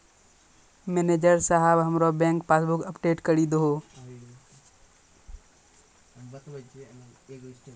manager साहेब हमरो bank passbook update करि दहो